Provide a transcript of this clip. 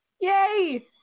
Yay